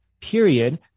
period